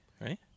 right